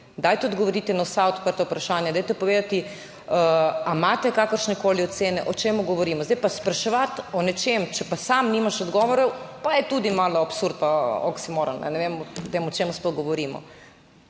Dajte odgovoriti na vsa odprta vprašanja, dajte povedati, ali imate kakršnekoli ocene? O čem govorimo? Zdaj pa spraševati o nečem, če pa sam nimaš odgovorov, pa je tudi malo absurd, oksimoron, ne vem o tem o čem sploh govorimo.